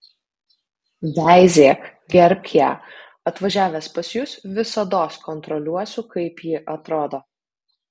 veizėk gerbk ją atvažiavęs pas jus visados kontroliuosiu kaip ji atrodo